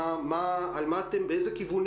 מהמזכירות הפדגוגית אצלנו לעשות מיקוד נוסף